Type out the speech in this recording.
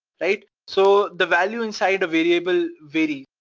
right? so the value inside a variable vary.